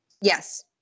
Yes